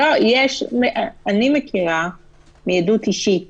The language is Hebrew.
אני מכירה מעדות אישית